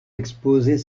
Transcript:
exposer